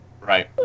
Right